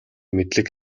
мэдлэг